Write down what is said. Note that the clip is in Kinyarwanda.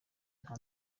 nta